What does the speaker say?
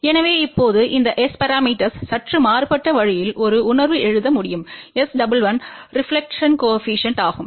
எனவே இப்போது இந்த S பரமீட்டர்ஸ் சற்று மாறுபட்ட வழியில் ஒரு உணர்வு எழுத முடியும் S11ரெப்லக்டெட்ப்பு கோஏபிசிஎன்ட் ஆகும்